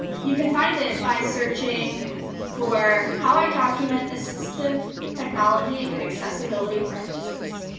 you can find it by searching for how i document assistive technology and accessibility preferences.